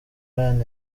ryan